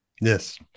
Yes